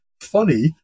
funny